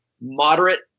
moderate